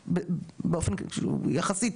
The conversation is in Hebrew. יש בו הרבה מאוד בעיות למי שלא מדבר אנגלית,